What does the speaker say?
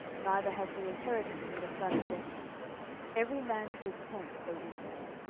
neither have we inheritance in the son of jesse every man to his tents, o israel.